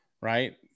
right